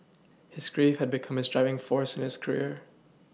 his grief had become his driving force in his career